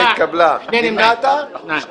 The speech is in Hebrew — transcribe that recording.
הצבעה בעד, רוב נגד, מיעוט נמנעים, 2